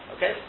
Okay